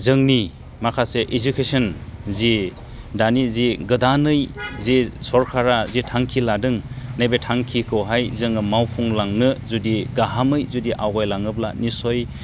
जोंनि माखासे इडुकेसन जि दानि जि गोदानै जि सरखारा जि थांखि लादों नैबे थांखिखौहाय जोङो मावफुंलांनो जुदि गाहामै जुदि आवगायलाङोब्ला निसय